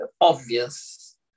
obvious